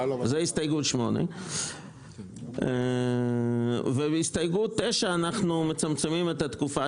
זה הסתייגות 8. בהסתייגות 9 אנו מצמצמים את התקופה